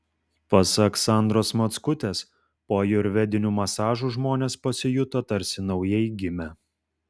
pasak sandros mockutės po ajurvedinių masažų žmonės pasijuto tarsi naujai gimę